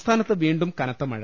സംസ്ഥാനത്ത് വീണ്ടും കനത്ത മഴ